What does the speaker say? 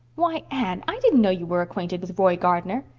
why, anne, i didn't know you were acquainted with roy gardner!